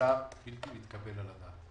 במצב בלתי מתקבל על הדעת.